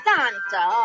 Santa